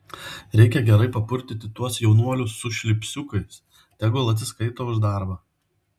reikia gerai papurtyti tuos jaunuolius su šlipsiukais tegul atsiskaito už darbą